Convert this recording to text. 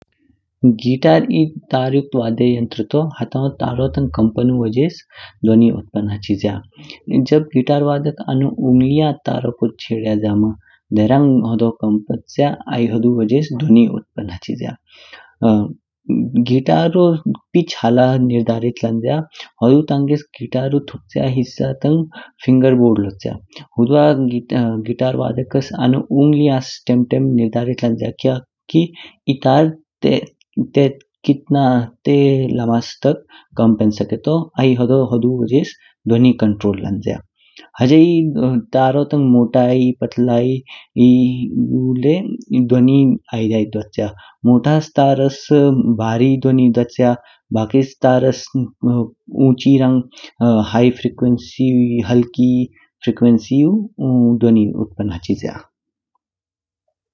गिटार एक तार युक्त वाद्य यंत्र है, हताथों तारों के कंपन से वाजित ध्वनि उत्पन्न होती है। जब गिटार वादक अपनी उँगलियाँ तारों पर छेड़ते हैं और उन्हें तेजी से कंपाते हैं, तब यह वाजित ध्वनि उत्पन्न होती है। गिटार का पिच इस बात से निर्धारित होती है कि तारें गिटार के थोक के हिस्से से फिंगर बोर्ड तक कहाँ तक खींची जाती हैं और गिटार वादकों की उँगलियाँ उन्हें थामे रखती हैं। यह वाजित ध्वनि नियंत्रित होती है। यही तारों की मोटाई, पतलाई और उनकी ध्वनि प्रभावित करती हैं। मोटे तारों से भारी ध्वनि होती है, जबकि पतले तारों से ऊँची रंग तथा उच्च आवृत्ति या हल्की आवृत्ति ध्वनि उत्पन्न होती है।